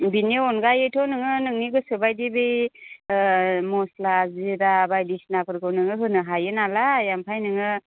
बेनि अनगायैथ' नोङो नोंनि गोसोबायदि बे मस्ला जिरा बायदिसिना फोरखौ नोङो होनो हायोनालाय ओमफ्राय नोङो